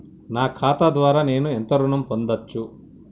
నా ఖాతా ద్వారా నేను ఎంత ఋణం పొందచ్చు?